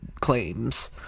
claims